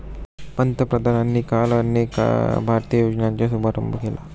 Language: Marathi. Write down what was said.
पंतप्रधानांनी काल अनेक भारतीय योजनांचा शुभारंभ केला